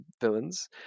villains